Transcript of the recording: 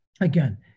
Again